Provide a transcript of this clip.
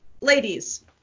ladies